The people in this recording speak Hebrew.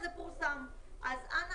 אז זה פורסם.